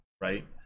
right